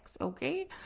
okay